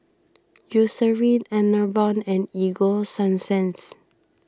Eucerin Enervon and Ego Sunsense